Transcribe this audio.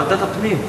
ועדת הפנים.